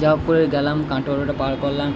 যা হোক করে গেলাম কাটোয়া রোডটা পার করলাম